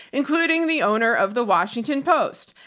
including the owner of the washington post.